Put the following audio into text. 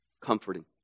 comforting